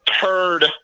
turd